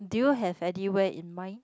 do you have anywhere in mind